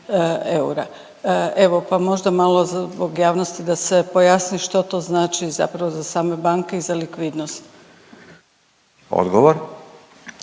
eura. Evo pa možda malo zbog javnosti da se pojasni što to znači zapravo za same banke i za likvidnost. **Radin,